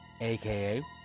aka